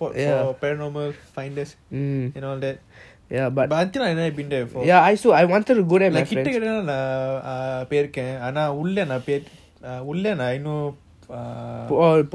பாதி கிட்ட:bathi kita ah you know I been there like you know கிட்ட கிட்ட நான் பொய் இருக்கான் ஆனா உள்ள நான் இன்னும்